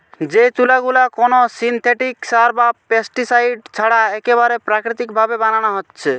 যেই তুলা গুলা কুনো সিনথেটিক সার বা পেস্টিসাইড ছাড়া একেবারে প্রাকৃতিক ভাবে বানানা হচ্ছে